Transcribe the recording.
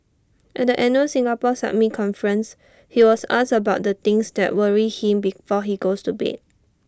at the annual Singapore summit conference he was asked about the things that worry him before he goes to bed